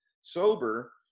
sober